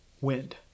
wind